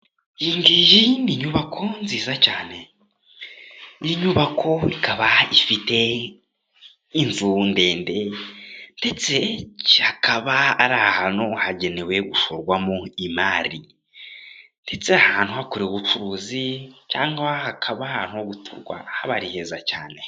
Iyi ngiyi ni inyubako nziza cyane. Iyi nyubako ikaba ifite inzu ndende, ndetse akaba ari ahantu hagenewe gushorwamo imari. Ndetse aha hantu hakorewe ubucuruzi, cyangwa hakaba ahantu ho guturwa haba ari heza cyane.